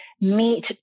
meet